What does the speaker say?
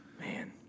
Man